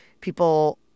people